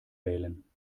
wählen